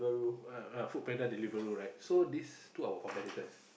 uh Food-Panda Deliveroo right so this two our competitors